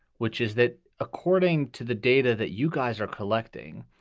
which is that according to the data that you guys are collecting,